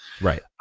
Right